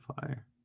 Fire